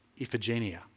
Iphigenia